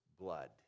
blood